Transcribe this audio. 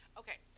okay